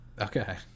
Okay